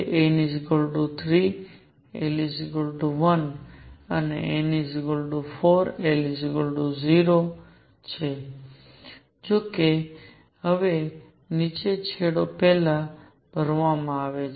n 3 l 1 અને n 4 l બરાબર 0 જોકે હવે નીચો છેડો પહેલા ભરવામાં આવશે